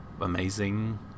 amazing